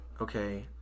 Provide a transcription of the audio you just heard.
okay